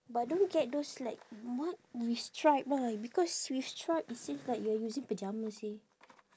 but don't get those like what with stripe ah because with stripe it seems like you are using pajamas eh